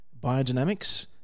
biodynamics